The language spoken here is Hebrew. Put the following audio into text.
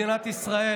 את מדינת ישראל,